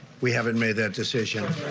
we haven't made that decision.